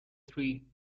tree